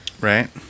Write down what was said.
Right